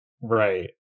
Right